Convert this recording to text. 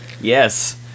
Yes